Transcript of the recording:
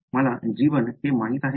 मला g1 हे माहित आहे का